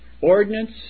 ordinance